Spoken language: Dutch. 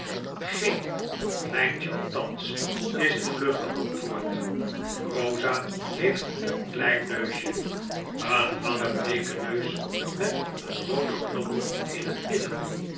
geen kleintje althans is het vlugge antwoord kosa heeft een klein neusje een langen bleeken neus met een rooden knobbel in het midden